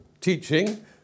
teaching